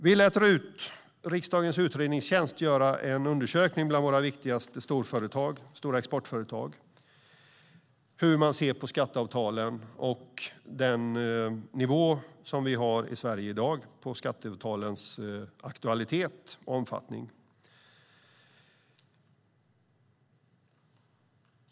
Vi lät riksdagens utredningstjänst göra en undersökning bland våra viktigaste stora exportföretag om hur de ser på skatteavtalen, den nivå som Sverige i dag har på skatteavtalen samt aktualitet och omfattning.